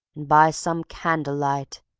and by some candle light,